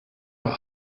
noch